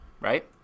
right